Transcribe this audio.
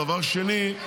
דבר שני,